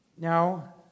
Now